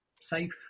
safe